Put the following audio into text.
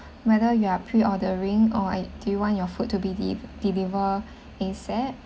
whether you are pre-ordering or I do you want your food to be de~ deliver ASAP